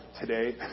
today